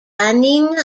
banning